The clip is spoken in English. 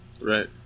right